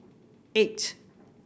eight